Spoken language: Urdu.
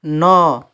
نو